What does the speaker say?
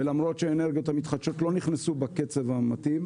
ולמרות שהאנרגיות המתחדשות לא נכנסו בקצב המתאים,